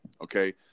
okay